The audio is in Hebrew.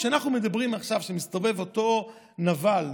כשמסתובב אותו נבל,